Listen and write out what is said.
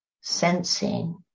sensing